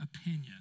opinion